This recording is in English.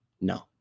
no